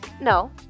No